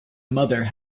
mother